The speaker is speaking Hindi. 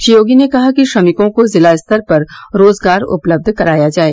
श्री योगी ने कहा कि श्रमिकों को जिला स्तर पर रोजगार उपलब्ध कराया जाए